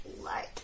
light